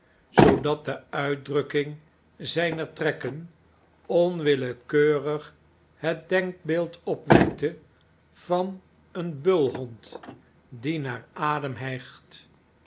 zoodat deuitdrukking zijner trekken onwillekeurig het denkbeeld opwekte van een bulhond die naar adem hijgt